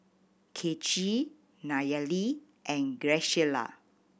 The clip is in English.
Kaycee Nayeli and Graciela